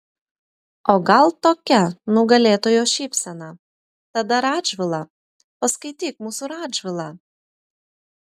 o gal tokia nugalėtojo šypsena tada radžvilą paskaityk mūsų radžvilą